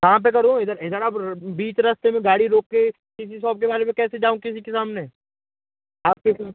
कहाँ पर करूँ इधर इधर आप बीच रास्ते में गाड़ी रोक के किसी सॉप के बारे में कैसे जाऊँ किसी के सामने आपके जो